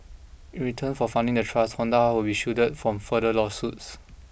in return for funding the trust Honda will be shielded from further lawsuits